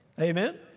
Amen